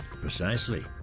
Precisely